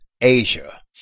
Asia